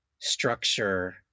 Structure